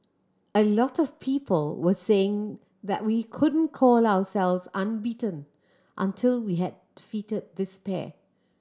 a lot of people were saying that we couldn't call ourselves unbeaten until we had defeated this pair